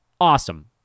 Awesome